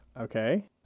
Okay